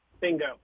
Bingo